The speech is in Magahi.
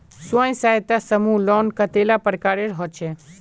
स्वयं सहायता समूह लोन कतेला प्रकारेर होचे?